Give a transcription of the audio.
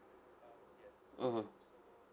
mmhmm